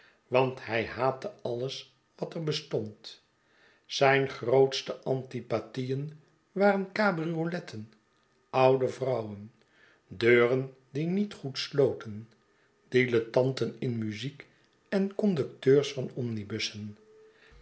want hij haatte alles water bestond zijn grootste antipathieen waren cabrioletten oude vrouwen deuren die niet goed sloten dilettanten in muziek en conducteurs van omnibussen